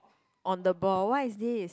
no the ball what is this